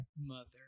mother